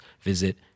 visit